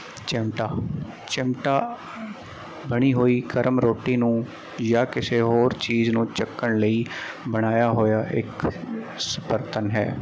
ਚਿਮਟਾ ਚਿਮਟਾ ਬਣੀ ਹੋਈ ਗਰਮ ਰੋਟੀ ਨੂੰ ਜਾਂ ਕਿਸੇ ਹੋਰ ਚੀਜ਼ ਨੂੰ ਚੱਕਣ ਲਈ ਬਣਾਇਆ ਹੋਇਆ ਇੱਕ ਸ ਬਰਤਨ ਹੈ